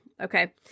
Okay